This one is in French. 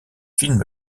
films